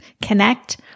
Connect